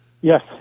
yes